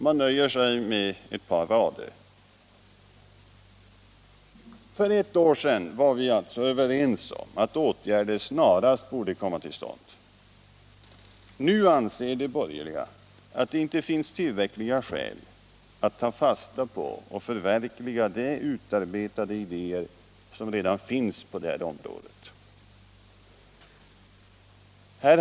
Man nöjer sig med ett par rader. För ett år sedan var vi överens om att åtgärder snarast borde komma till stånd. Nu anser de borgerliga att det inte finns tillräckliga skäl att ta fasta på och att förverkliga de utarbetade idéer som finns på detta område.